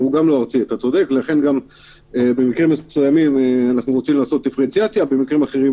לכן אי אפשר להפעיל בעצם את מודל הרמזור,